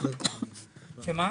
הנפקת הרישיונות הם בעלות --- רגע,